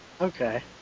okay